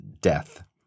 death